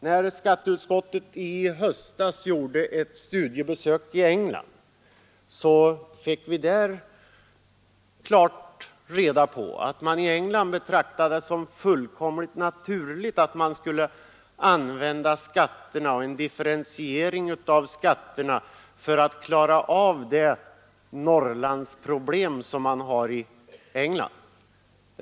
Vid skatteutskottets besök i England i höstas fick vi reda på att man där betraktade det som fullt naturligt att differentiera skatterna för att klara av det ”Norrlandsproblem” som man har.